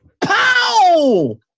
Pow